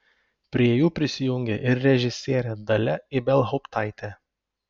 prie jų prisijungė ir režisierė dalia ibelhauptaitė